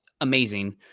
amazing